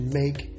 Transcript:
make